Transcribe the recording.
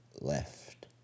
left